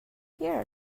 here